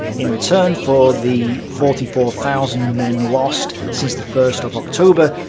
in return for the forty four thousand men lost since the first of october,